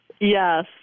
Yes